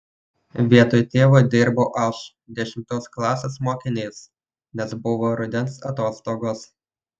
vietoj tėvo dirbau aš dešimtos klasės mokinys nes buvo rudens atostogos